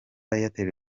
airtel